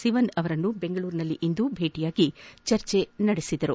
ಸಿವನ್ ಅವರನ್ನು ಬೆಂಗಳೂರಿನಲ್ಲಿಂದು ಭೇಟಿ ಮಾಡಿ ಚರ್ಚೆ ನಡೆಸಿದರು